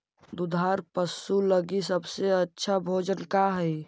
दुधार पशु लगीं सबसे अच्छा भोजन का हई?